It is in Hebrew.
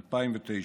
ב-2009.